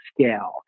scale